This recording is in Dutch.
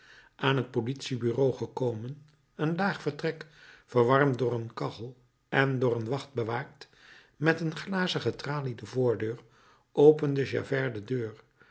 aan het politiebureau gekomen een laag vertrek verwarmd door een kachel en door een wacht bewaakt met een glazen getraliede voordeur opende javert de deur